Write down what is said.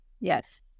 Yes